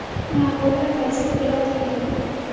నా అకౌంట్ ల పైసల్ ఎలా తీయాలి?